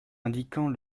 indiquant